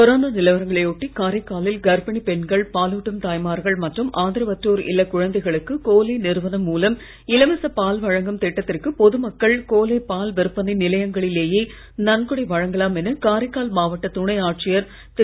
corona நிலவரங்களை ஒட்டி காரைக்காலில் கர்ப்பிணி பெண்கள் பாலூட்டும் தாய்மார்கள் மற்றும் ஆதரவற்றோர் இல்ல குழந்தைகளுக்கு கோலே நிறுவனம் மூலம் இலவச பால் வழங்கும் திட்டத்திற்கு பொது மக்கள் கோலே பால் விற்பனை நிலையங்களிலேயே நன்கொடை வழங்கலாம் என காரைக்கால் மாவட்ட துணை ஆட்சியர் திரு